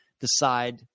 decide